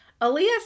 Aaliyah